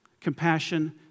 compassion